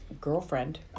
girlfriend